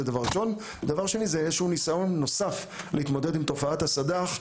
עיקרון שני הוא איזשהו ניסיון נוסף להתמודד עם תופעת הסד"ח,